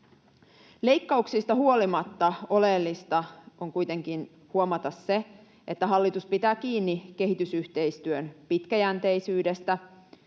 Leikkauksista huolimatta oleellista on kuitenkin huomata se, että hallitus pitää kiinni kehitysyhteistyön pitkäjänteisyydestä.